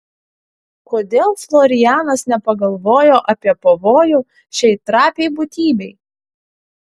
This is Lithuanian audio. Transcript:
kodėl florianas nepagalvojo apie pavojų šiai trapiai būtybei